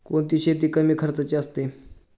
कोणती शेती कमी खर्चाची असते?